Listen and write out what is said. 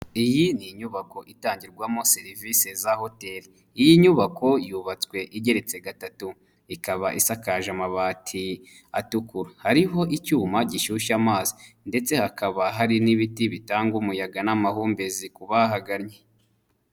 Iyi ni inyubako itangirwamo serivisi za hoteli, iyi nyubako yubatswe igeretse gatatu, ikaba isakaje amabati atukura, hariho icyuma gishyushya amazi ndetse hakaba hari n'ibiti bitanga umuyaga n'amahumbezi ku bagannye.